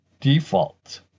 Default